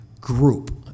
group